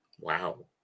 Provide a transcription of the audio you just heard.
Wow